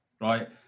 right